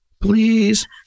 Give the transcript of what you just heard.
Please